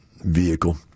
vehicle